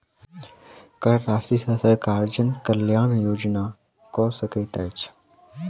कर राशि सॅ सरकार जन कल्याण योजना कअ सकैत अछि